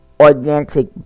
Organic